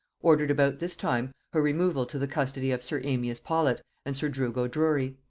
ordered about this time her removal to the custody of sir amias paulet and sir drugo drury.